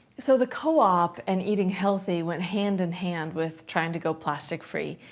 so, the co-op and eating healthy went hand-in-hand with trying to go plastic free.